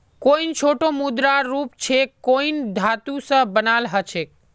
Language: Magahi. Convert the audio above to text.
कॉइन छोटो मुद्रार रूप छेक कॉइन धातु स बनाल ह छेक